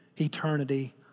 eternity